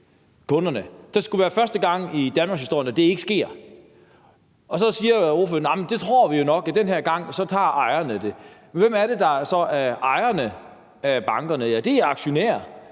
Det skulle være første gang i danmarkshistorien, at det ikke sker. Og så siger ordføreren, at vi jo nok tror, at den her gang tager ejerne det. Men hvem er det så, der er ejerne af bankerne? Ja, det er aktionærer,